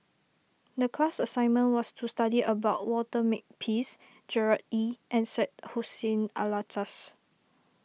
the class assignment was to study about Walter Makepeace Gerard Ee and Syed Hussein Alatas